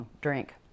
drink